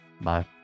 Bye